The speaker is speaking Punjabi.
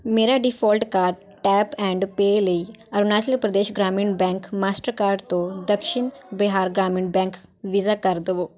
ਮੇਰਾ default card tap and pay ਲਈ Arunachal Pradesh Gramin bank Mastercard ਤੋਂ ਦਕਸ਼ਿਨ ਬਿਹਾਰ ਗ੍ਰਾਮੀਣ ਬੈਂਕ ਵੀਜ਼ਾ ਕਰ ਦੇਵੋ